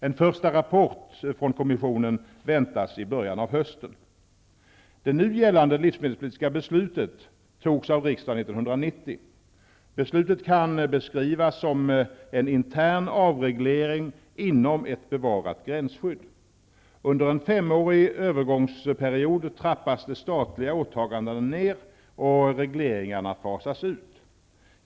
En första rapport från kommissionen väntas i början av hösten. Det nu gällande livsmedelspolitiska beslutet togs av riksdagen 1990. Beslutet kan beskrivas som en intern avreglering inom ett bevarat gränsskydd. Under en femårig övergångsperiod trappas de statliga åtagandena ner och regleringarna fasas ut.